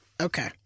Okay